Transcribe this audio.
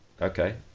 okay